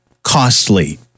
costly